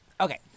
Okay